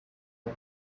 the